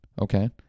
okay